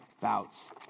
bouts